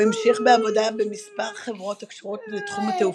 הוא המשיך בעבודה במספר חברות הקשורות לתחום התעופה.